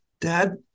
Dad